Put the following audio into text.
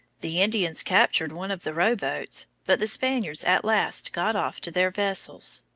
the indians captured one of the rowboats, but the spaniards at last got off to their vessels.